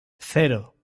cero